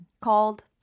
Called